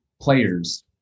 players